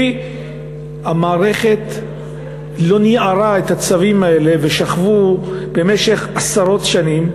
כי המערכת לא ניערה את הצווים האלה והם שכבו במשך עשרות שנים,